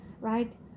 right